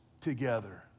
together